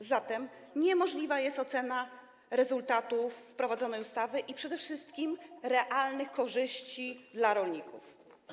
A zatem nie jest możliwa ocena rezultatów wprowadzanej ustawy i przede wszystkim realnych korzyści dla rolników.